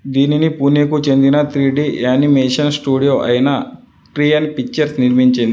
దీనిని పుణెకు చెందిన త్రీ డి యానిమేషన్ స్టూడియో అయిన క్రెయన్ పిక్చర్స్ నిర్మించింది